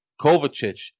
Kovacic